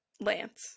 Lance